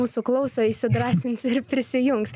mūsų klauso įsidrąsins ir prisijungs